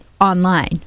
online